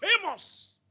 famous